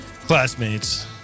classmates